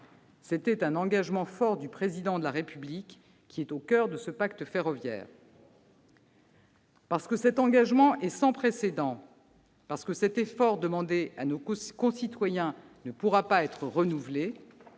C'était un engagement fort du Président de la République : il est au coeur de ce pacte ferroviaire. Parce que cet engagement est sans précédent, parce que cet effort demandé à nos concitoyens ne pourra être renouvelé,